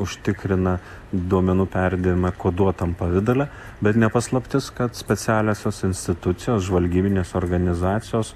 užtikrina duomenų perdavimą koduotam pavidale bet ne paslaptis kad specialiosios institucijos žvalgybinės organizacijos